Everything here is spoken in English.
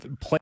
play